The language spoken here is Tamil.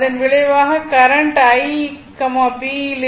இதன் விளைவாக கரண்ட் I b இலிருந்து 10